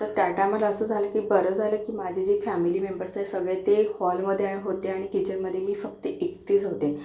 तर त्या टायमाला असं झालं की बरं झालं की माझी जी फॅमिली मेंबर ते सगळे ते हॉलमध्ये होते आणि किचनमध्ये मी फक्त एकटीच होते